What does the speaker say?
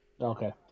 Okay